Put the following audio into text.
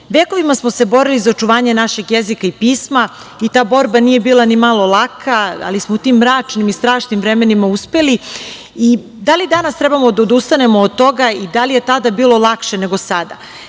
kuće. Vekovima smo se borili za očuvanje našeg jezika i pisma i ta borba nije bila nimalo laka, ali smo u tim mračnim i strašnim vremenima uspeli. Da li danas treba da odustanemo od toga i da li je tada bilo lakše nego sada?